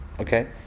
Okay